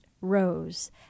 rose